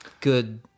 good